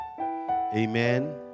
amen